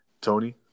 Tony